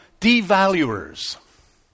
devaluers